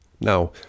Now